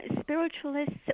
spiritualists